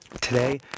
Today